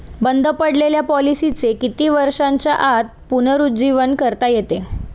बंद पडलेल्या पॉलिसीचे किती वर्षांच्या आत पुनरुज्जीवन करता येते?